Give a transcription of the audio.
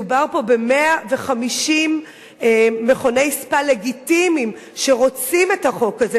מדובר פה ב-150 מכוני ספא לגיטימיים שרוצים את החוק הזה,